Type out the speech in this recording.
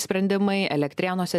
sprendimai elektrėnuose